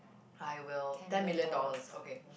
I will ten million dollars okay